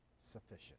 sufficient